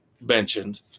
mentioned